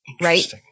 right